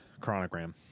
Chronogram